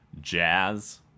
Jazz